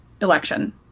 election